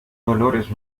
valores